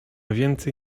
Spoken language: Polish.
więcej